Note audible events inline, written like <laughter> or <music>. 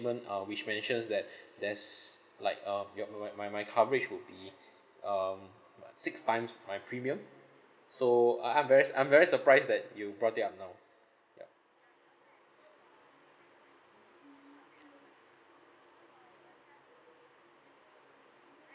uh which mentions that <breath> there's like uh your my my my coverage would be <breath> um uh six times my premium so uh I'm very su~ I'm very surprised that you brought it up now yup <breath> <noise>